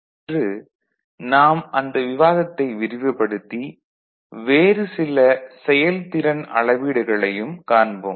இன்று நாம் அந்த விவாதத்தை விரிவுபடுத்தி வேறு சில செயல்திறன் அளவீடுகளையும் காண்போம்